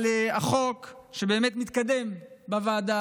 על החוק שבאמת מתקדם בוועדה,